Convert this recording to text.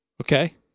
Okay